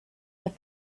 but